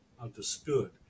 understood